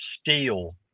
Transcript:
steel